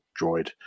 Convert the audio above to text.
droid